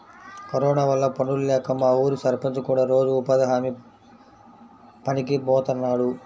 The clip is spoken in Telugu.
కరోనా వల్ల పనుల్లేక మా ఊరి సర్పంచ్ కూడా రోజూ ఉపాధి హామీ పనికి బోతన్నాడు